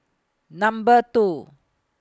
Number two